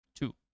Two